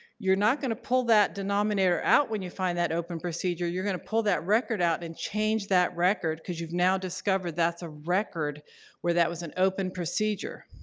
you're not going to pull that denominator out when you find that open procedure. you're going to pull that record out and change that record, because you've now discovered that's a record where that was an open procedure.